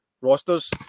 rosters